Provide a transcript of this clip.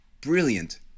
brilliant